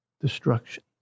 Destruction